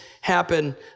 happen